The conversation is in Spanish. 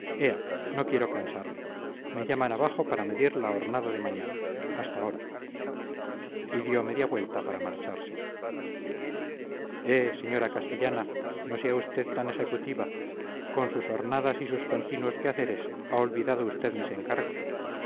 no quiero cansarle me llaman abajo para medir la hornada de mañana hasta ahora y dio media vuelta para marcharse eh señora castellana no sea usted tan ejecutiva con sus hornadas y sus continuos quehaceres ha olvidado usted mis encargos